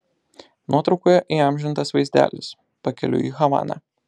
nuotraukoje įamžintas vaizdelis pakeliui į havaną